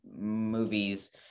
movies